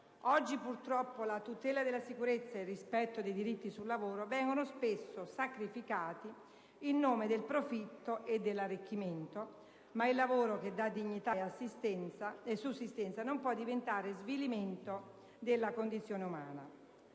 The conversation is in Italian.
Oggi purtroppo la tutela della sicurezza e il rispetto dei diritti sul lavoro vengono spesso sacrificati in nome del profitto e dell'arricchimento, ma il lavoro che dà dignità ed assistenza e sussistenza non può diventare svilimento della condizione umana.